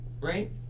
right